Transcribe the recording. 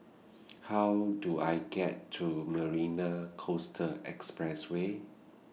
How Do I get to Marina Coastal Expressway